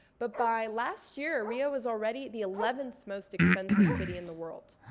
but by last year, rio was already the eleventh most expensive city in the world.